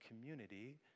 community